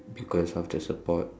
because of the support